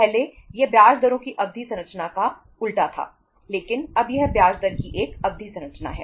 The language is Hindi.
पहले यह ब्याज दरों की अवधि संरचना का उल्टा था लेकिन अब यह ब्याज दर की एक अवधि संरचना है